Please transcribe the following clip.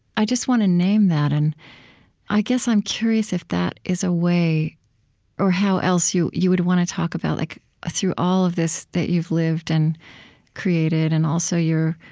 i just want to name that, and i guess i'm curious if that is a way or how else you you would want to talk about, like ah through all of this that you've lived and created and, also, all